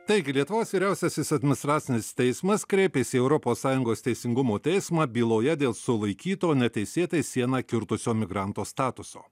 taigi lietuvos vyriausiasis administracinis teismas kreipėsi į europos sąjungos teisingumo teismą byloje dėl sulaikyto neteisėtai sieną kirtusio migranto statuso